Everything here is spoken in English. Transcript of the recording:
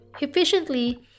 efficiently